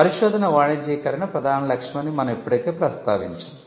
పరిశోధన వాణిజ్యీకరణ ప్రధాన లక్ష్యం అని మనం ఇప్పటికే ప్రస్తావించాము